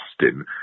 Austin